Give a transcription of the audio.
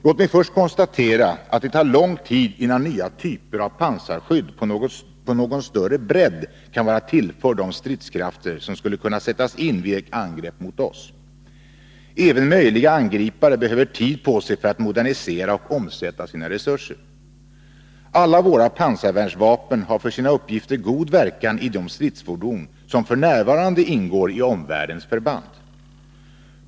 Låt mig först konstatera att det tar lång tid innan nya typer av pansarskydd på någon större bredd kan vara tillförda de stridskrafter som skulle kunna sättas in vid ett angrepp mot oss. Även möjliga angripare behöver tid på sig för att modernisera och omsätta sina resurser. Alla våra pansarvärnsvapen har för sina uppgifter god verkan i de stridsfordon som f.n. ingår i omvärldens förband.